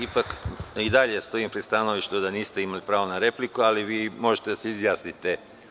Ipak i dalje stojim pri stanovištu da niste imali pravo na repliku, ali možete da se izjasnite.